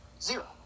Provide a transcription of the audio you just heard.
Zero